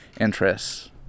interests